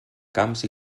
camps